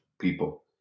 people